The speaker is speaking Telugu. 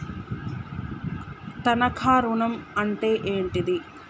తనఖా ఋణం అంటే ఏంటిది?